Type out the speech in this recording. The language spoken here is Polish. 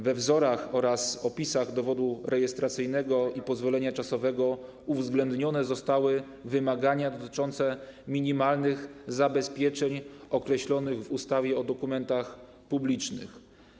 We wzorach oraz opisach dowodu rejestracyjnego i pozwolenia czasowego uwzględnione zostały wymagania dotyczące minimalnych zabezpieczeń określonych w ustawie o dokumentach publicznych.